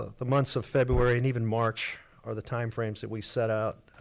ah the months of february and even march are the time frames that we set out,